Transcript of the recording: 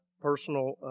personal